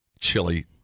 chili